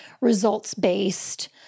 results-based